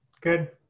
Good